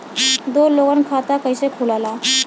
दो लोगक खाता कइसे खुल्ला?